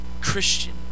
Christian